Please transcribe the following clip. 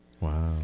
Wow